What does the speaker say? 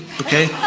Okay